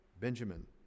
Benjamin